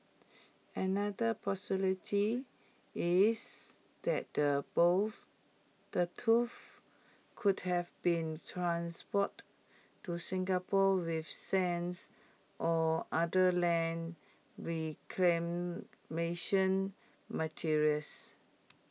another possibility is that the both the tooth could have been transported to Singapore with sands or other land reclamation materials